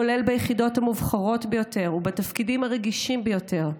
כולל ביחידות המובחרות ביותר ובתפקידים הרגישים ביותר,